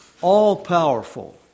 All-powerful